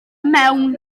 mewn